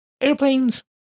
Airplanes